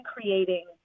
creating